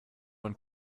man